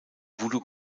voodoo